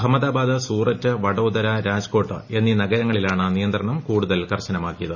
അഹമ്മദാബാദ് സൂററ്റ് വഡോദര രാജ്കോട്ട് എന്നീ നഗരങ്ങളിലാണ് നിയന്ത്രണം കൂടുതൽ കർശനമാക്കിയത്